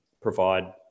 provide